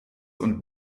und